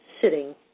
sitting